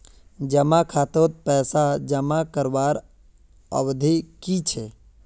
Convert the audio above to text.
जमा खातात पैसा जमा करवार अवधि की छे?